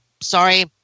Sorry